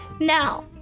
Now